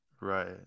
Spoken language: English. Right